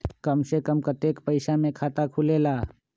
कम से कम कतेइक पैसा में खाता खुलेला?